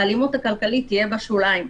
האלימות הכלכלית תהיה בשוליים.